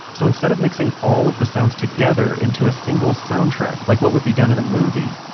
so instead of mixing all of the sounds together into a single soundtrack like what would be done in a movie,